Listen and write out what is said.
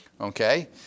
Okay